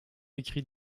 écrit